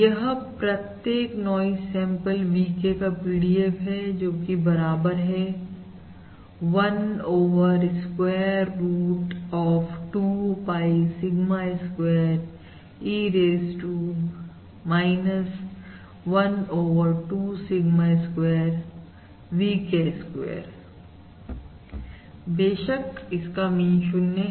यह प्रत्येक noise sample VK का PDF है जोकि बराबर है 1 over square root of 2 pi sigma square E raise to 1 over 2 sigma square VK square बेशक इसका मीन 0 है